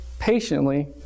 patiently